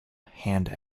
hand